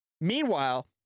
Meanwhile